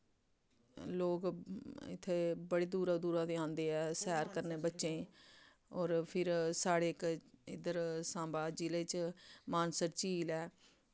लोग इत्थै बड़े दूरा दूरा दे औंदे ऐ सैर करन बच्चें गी होर फिर साढ़े इक इद्धर सांबा जि'ले च मानसर झील ऐ